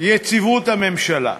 יציבות הממשלה.